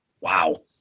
Wow